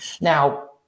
Now